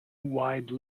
wide